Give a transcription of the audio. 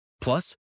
Plus